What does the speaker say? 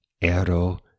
Ero